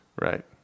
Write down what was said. Right